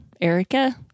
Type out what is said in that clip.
Erica